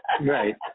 Right